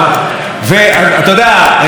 על ראש הממשלה הזה,